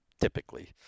typically